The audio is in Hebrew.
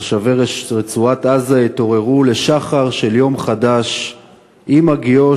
תושבי רצועת-עזה התעוררו לשחר של יום חדש עם הגיעו